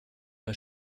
bei